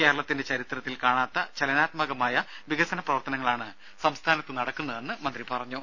കേരളത്തിന്റെ ചരിത്രത്തിൽ കാണാത്ത ചലനാത്മകമായ വികസന പ്രവർത്തനങ്ങളാണ് സംസ്ഥാനത്ത് നടക്കുന്നതെന്ന് മന്ത്രി പറഞ്ഞു